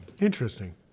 interesting